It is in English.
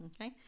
Okay